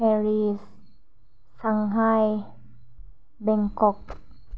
Paris Shanghai Bangkok